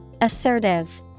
Assertive